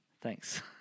Thanks